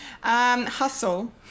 hustle